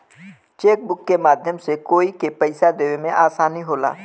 chequebook के माध्यम से कोई के पइसा देवे में आसानी होला